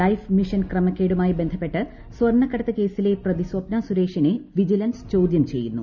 life mission ക്രമ്ക്കേടുമായി ബന്ധപ്പെട്ട് ന് സ്വർണ്ണക്കടത്ത് കേസിലെ പ്രതി സ്വപ്ന സുരേഷിനെ വിജിലൻസ് ചോദ്യം ചെയ്യുന്നു